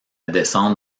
descendre